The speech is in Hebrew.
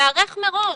להיערך לזה מראש.